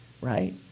right